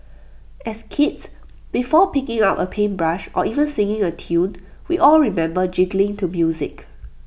as kids before picking up A paintbrush or even singing A tune we all remember jiggling to music